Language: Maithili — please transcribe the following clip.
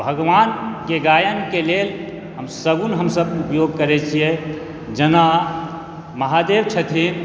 भगवानके गायनके लेल सगुन हमसब उपयोग करै छिए जेना महादेव छथिन